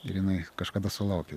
ir jinai kažkada sulaukia